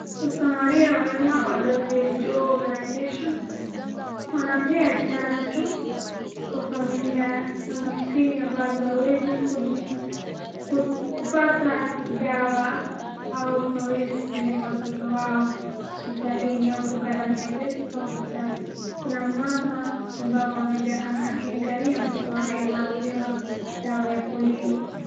Wasamalia wema wa WHO organization wanapea chanjo kwa familia maskini ambazo hawawezi kupata dawa au hawawezi kupeleka watoto wao hospitalini au kugharamia pesa za hoapitali. Kuna mumama akiangalia mtoto wake anao pewa dawa ya polio.